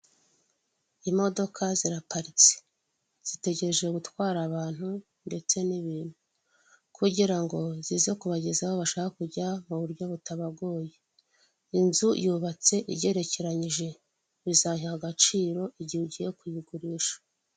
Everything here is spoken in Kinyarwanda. Imodoka ziraparitse. Zitegereje gutwara abantu ndetse n'ibintu. Kugira ngo, zize kubagezaho bashaka kujya mu buryo butabagoye. Inzu yubatse igerekeranyije bizayiha agaciro igihe ugiye kuyigurisha.